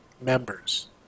members